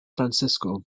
francisco